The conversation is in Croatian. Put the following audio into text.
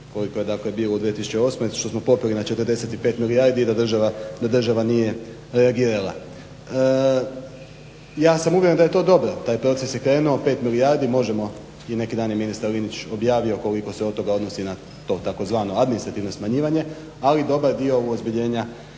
koliko je dakle bilo u 2008. što smo popeli na 45 milijardi i da država nije reagirala? Ja sam uvjeren da je to dobro. Taj proces je krenuo 5 milijardi, možemo i neki dan je ministar Linić objavio koliko se od toga odnosi na to tzv. administrativno smanjivanje, ali dobar dio uozbiljenja